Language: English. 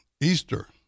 Easter